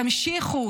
תמשיכו,